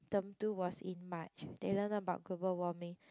term two was in March they learn about global warming